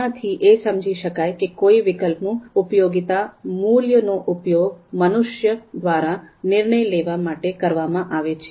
આના થી એ સમજી શકાય કે કોઈ વિકલ્પનું ઉપયોગિતા મૂલ્ય નો ઉપયોગ મનુષ્ય દ્વારા નિર્ણય લેવા માટે કરવામાં આવે છે